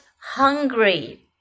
hungry